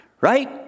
Right